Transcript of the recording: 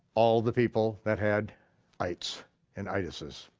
all the people that had ites and itises.